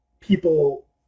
people